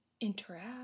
interact